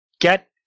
get